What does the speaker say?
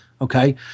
okay